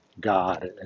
God